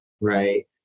Right